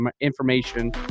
information